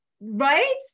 Right